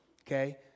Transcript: Okay